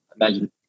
Imagine